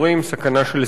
סכנה של סגירה.